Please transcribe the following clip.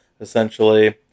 essentially